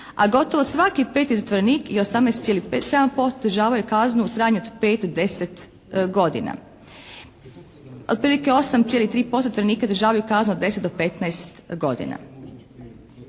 a gotovo svaki 5 zatvorenik 18,5% izdržavaju kaznu u trajanju od 5-10 godina. Otprilike 8,3% zatvorenika izdržavaju kaznu od 10-15 godina.